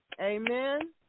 Amen